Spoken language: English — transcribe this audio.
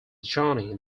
johnny